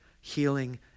healing